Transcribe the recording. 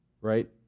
right